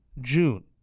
June